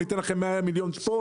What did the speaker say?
ניתן לכם 100 מיליון ₪ פה,